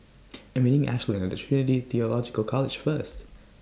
I'm meeting Ashlynn At Trinity Theological College First